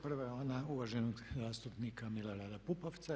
Prva je ona uvaženog zastupnika Milorada Pupovca.